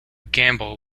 gamble